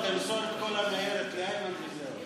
תמסור את כל הניירת לאיימן, וזהו.